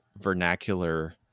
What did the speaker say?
vernacular